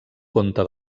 conte